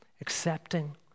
accepting